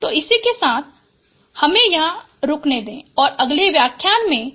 तो इसी के साथ हमें यहाँ रुकने दें और अगले व्याख्यान में इस विषय को जारी रखेगें